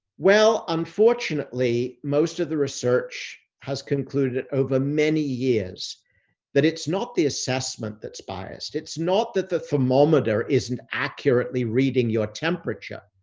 well, unfortunately, most of the research has concluded over many years that it's not the assessment that's biased. it's not that the thermometer isn't accurately reading your temperature,